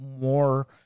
more